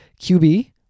qb